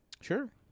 Sure